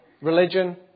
religion